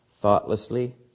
thoughtlessly